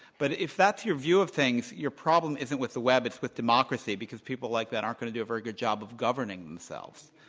but if that's your view of things, your problem isn't with the web, it's with democracy, because people like that aren't going to do a very good job of governing themselves.